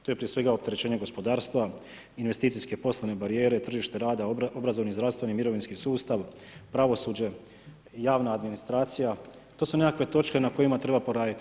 To je prije svega opterećenje gospodarstva, investicijske poslovne barijere, tržište rada, obrazovni, zdravstveni, mirovinski sustav, pravosuđe, javna administracija to su nekakve točke na kojima treba poraditi.